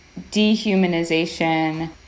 dehumanization